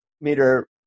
meter